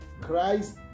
christ